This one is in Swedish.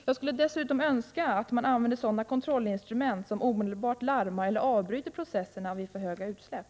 Jag skulle dessutom önska att sådana kontrollinstrument användes som omedelbart larmar eller avbryter processen vid för stora utsläpp.